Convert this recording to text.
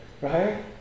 right